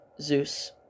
Zeus